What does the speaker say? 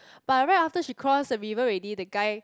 but right after she cross the river already the guy